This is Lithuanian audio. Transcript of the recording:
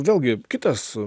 vėlgi kitas